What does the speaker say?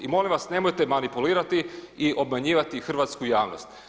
I molim vas, nemojte manipulirati i obmanjivati hrvatsku javnost.